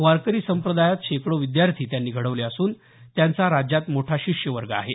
वारकरी संप्रदायात शेकडो विद्यार्थी त्यांनी घडवले असून त्यांचा राज्यात मोठा शिष्य वर्ग आहे